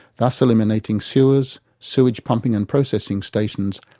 thus eliminating sewers, sewage pumping and processing stations,